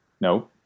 No